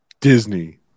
Disney